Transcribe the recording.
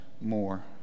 more